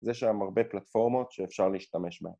‫זה שהיו הרבה פלטפורמות ‫שאפשר להשתמש מהן.